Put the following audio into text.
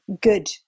good